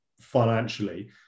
financially